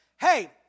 Hey